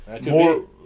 more